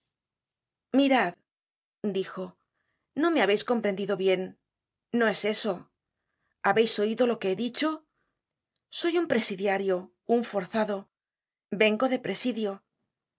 mirad dijo no me habeis comprendido bien no es eso habeis oido lo que he dicho soy un presidiario un forzado vengo de presidio y